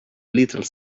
little